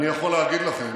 אני יכול להגיד לכם